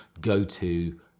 go-to